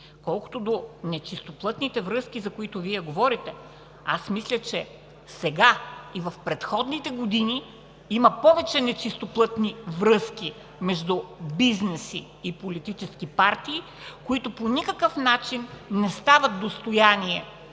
Колкото до нечистоплътните връзки, за които Вие говорите, аз мисля, че сега и в предходните години има повече нечистоплътни връзки между бизнес и политически партии, които по никакъв начин не стават достояние